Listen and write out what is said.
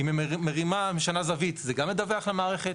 היא מרימה, משנה זווית, זה גם מדווח למערכת.